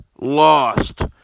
lost